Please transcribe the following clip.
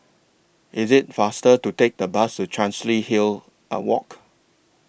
IS IT faster to Take The Bus to Chancery Hill Are Walk